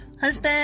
husband